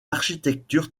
architecture